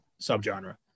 subgenre